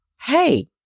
hey